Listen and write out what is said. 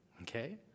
okay